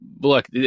Look